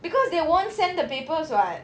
because they won't send the papers [what]